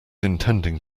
intending